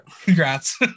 congrats